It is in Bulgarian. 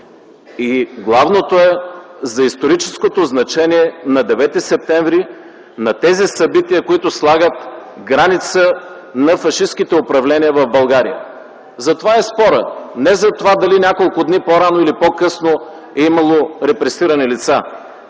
Главното е за историческото значение на Девети септември, на тези събития, които слагат границата на фашистките управления на България. Спорът е за това дали няколко дни по-рано или по-късно е имало репресирани лица.